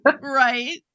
Right